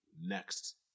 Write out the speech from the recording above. next